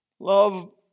Love